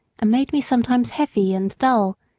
and made me sometimes heavy and dull,